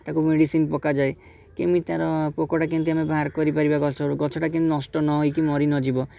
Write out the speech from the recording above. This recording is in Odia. ତାକୁ ମେଡ଼ିସିନ ପକାଯାଏ କେମିତି ତା'ର ପୋକଟା ଆମେ କେମିତି ବାହାର କରିପାରିବା ଗଛଟା ଗଛଟା କେମିତି ନଷ୍ଟ ନ ହେଇକି ମରି ନଯିବ